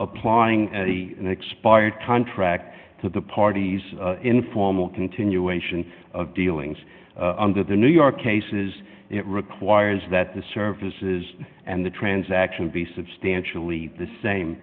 applying an expired contract to the parties informal continuation of dealings under the new york cases it requires that the services and the transaction be substantially the same